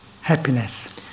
happiness